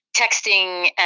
texting